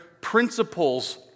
principles